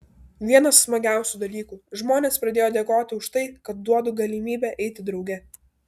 vienas smagiausių dalykų žmonės pradėjo dėkoti už tai kad duodu galimybę eiti drauge